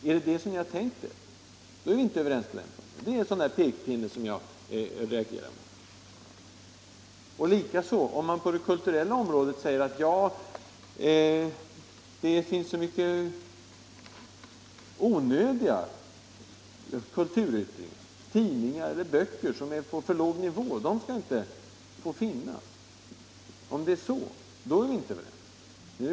Är det detta ni tänkt er, är vi inte ense utan det är en sådan pekpinne som jag reagerat mot. Likaså om ni på det kulturella området säger, att det finns så mycket onödigt kulturutbud, tidningar och böcker på för låg nivå, de skall inte få finnas. Om ni har den uppfattningen är vi inte överens.